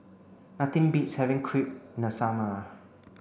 nothing beats having Crepe in the summer